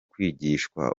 kwigishwa